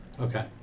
Okay